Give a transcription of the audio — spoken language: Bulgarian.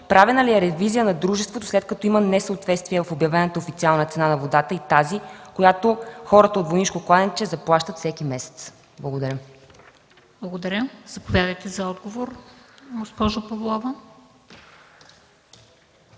Правена ли е ревизия на дружеството, след като има несъответствие в обявената официална цена на водата и тази, която хората от „Войнишко кладенче” заплащат всеки месец? Благодаря. ПРЕДСЕДАТЕЛ МЕНДА СТОЯНОВА: Благодаря. Заповядайте за отговор, госпожо Павлова.